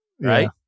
right